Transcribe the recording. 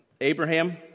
Abraham